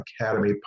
Academy